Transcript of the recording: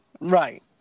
Right